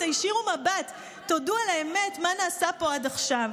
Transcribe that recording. תישירו מבט, תודו על האמת, מה נעשה פה עד עכשיו.